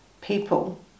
people